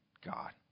God